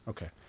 Okay